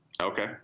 Okay